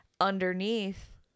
underneath